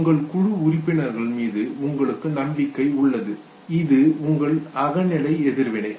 உங்கள் குழு உறுப்பினர்கள் மீது உங்களுக்கு நம்பிக்கை உள்ளது இது உங்கள் அகநிலை எதிர்வினை